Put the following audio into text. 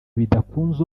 bidakunze